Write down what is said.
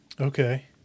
Okay